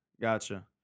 Gotcha